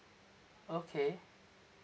okay